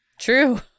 True